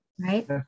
Right